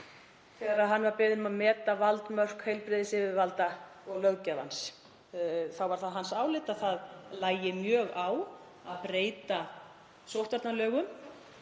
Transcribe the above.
þegar hann var beðinn um að meta valdmörk heilbrigðisyfirvalda og löggjafans. Þá var það hans álit að það lægi mjög á að breyta sóttvarnalögum,